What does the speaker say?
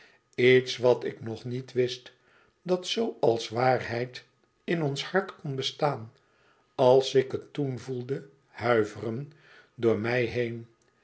iets wat ik nog niet wist dat zoo als waarheid in ons hart kon bestaan als ik het toen voelde huiveren door mij heen